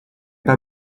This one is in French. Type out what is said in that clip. pas